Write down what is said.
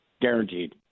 guaranteed